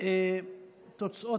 קובע